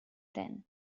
then